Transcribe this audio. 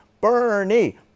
bernie